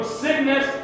sickness